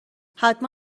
حتما